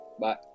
Bye